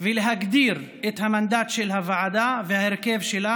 ולהגדיר את המנדט של הוועדה ואת ההרכב שלה.